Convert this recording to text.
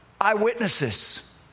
eyewitnesses